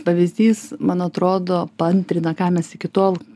pavyzdys man atrodo paantrina ką mes iki tol